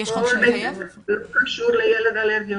זה לא קשור לילד אלרגי.